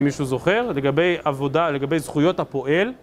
מישהו זוכר? לגבי עבודה, לגבי זכויות הפועל?